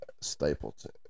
Stapleton